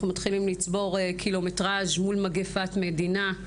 אנחנו מתחילים לצבור קילומטרז' מול מגפת מדינה.